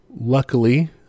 luckily